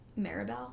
Maribel